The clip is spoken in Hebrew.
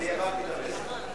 אני הבנתי את המסר.